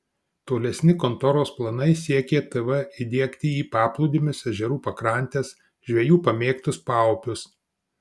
tolesni kontoros planai siekė tv įdiegti į paplūdimius ežerų pakrantes žvejų pamėgtus paupius